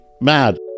mad